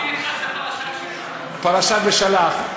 הוא מסכים אתך שזו פרשה, פרשת בשלח.